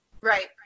Right